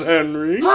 Henry